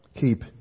keep